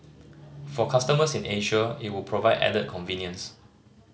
for customers in Asia it would provide added convenience